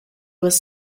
was